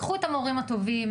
קחו את המורים הטובים,